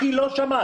כי לא שמעת.